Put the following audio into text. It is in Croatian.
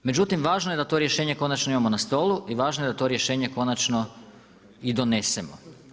Međutim, važno je da to rješenje konačno imamo na stolu i važno je da to rješenje konačno i donesemo.